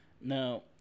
Now